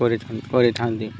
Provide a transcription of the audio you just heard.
କରିଥାନ୍ତି କରିଥାନ୍ତି